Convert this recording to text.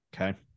Okay